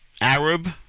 Arab